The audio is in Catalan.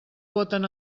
voten